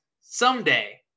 someday